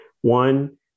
One